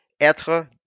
être